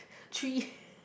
three